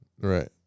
Right